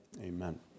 Amen